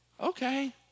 okay